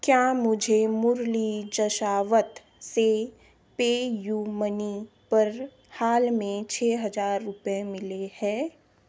क्या मुझे मुरली जसावत से पेयूमनी पर हाल में छ हज़ार रुपय मिले हैं